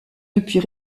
depuis